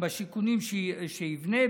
בשיכונים שיבנה.